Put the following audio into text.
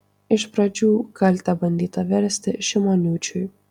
iš pradžių kaltę bandyta versti šimoniūčiui